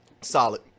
Solid